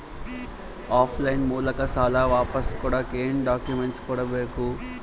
Of line ಮೂಲಕ ಸಾಲ ವಾಪಸ್ ಕೊಡಕ್ ಏನು ಡಾಕ್ಯೂಮೆಂಟ್ಸ್ ಕೊಡಬೇಕು?